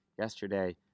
yesterday